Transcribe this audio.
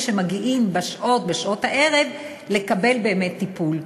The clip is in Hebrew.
שמגיעים בשעות הערב לקבל באמת טיפול.